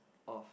of